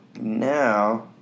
Now